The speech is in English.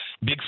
big